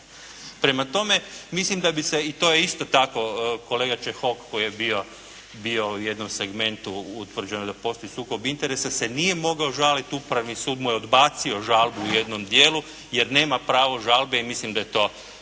Prema tome, mislim da bi se i to je isto tako kolega Čehok koji je bio dio u jednom segmentu je utvrđeno da postoji sukob interesa se nije mogao žaliti, Upravni sud mu je odbacio žalbu u jednom dijelu jer nema pravo žalbe i mislim da je to